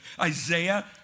Isaiah